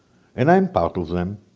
and i am part of them.